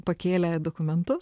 pakėlę dokumentus